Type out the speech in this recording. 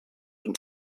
und